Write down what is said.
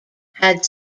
had